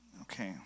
okay